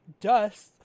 dust